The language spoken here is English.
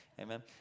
Amen